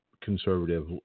conservative